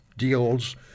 deals